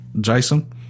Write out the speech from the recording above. Jason